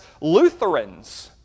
Lutherans